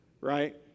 Right